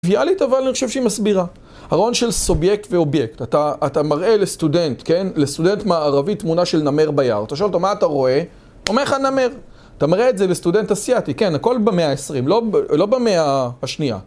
אני חושב שהיא מסבירה. הרעיון של סובייקט ואובייקט. אתה מראה לסטודנט, כן? לסטודנט מערבי תמונה של נמר ביער. אתה שואל אותו, מה אתה רואה? אומר לך, נמר. אתה מראה את זה לסטודנט אסיאתי, כן? הכל במאה ה-20, לא במאה השנייה.